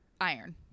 Iron